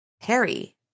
Harry